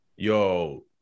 yo